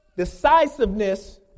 decisiveness